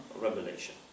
revelation